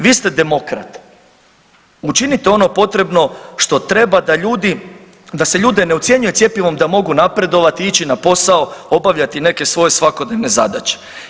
Vi ste demokrat, učinite ono potrebno što treba da ljudi, da se ljude ne ucjenjuje cjepivom da mogu napredovati i ići na posao, obavljati neke svoje svakodnevne zadaće.